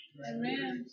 Amen